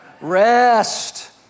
rest